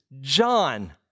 John